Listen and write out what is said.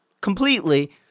completely